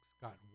Scott